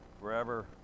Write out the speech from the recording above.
forever